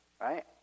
Right